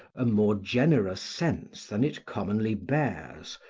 a more generous sense than it commonly bears,